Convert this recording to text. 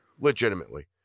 Legitimately